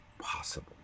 possible